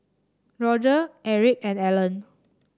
Roger Erick and Ellen